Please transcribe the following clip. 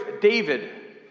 David